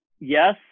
Yes